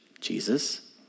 Jesus